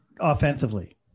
offensively